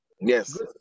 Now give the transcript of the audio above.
Yes